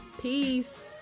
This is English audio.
peace